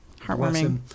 heartwarming